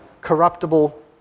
corruptible